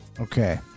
okay